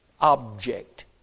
object